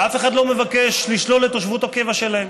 ואף אחד לא מבקש לשלול את תושבות הקבע שלהם.